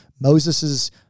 Moses's